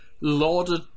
lauded